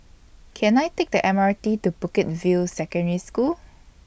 Can I Take The M R T to Bukit View Secondary School